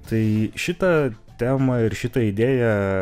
tai šitą temą ir šitą idėją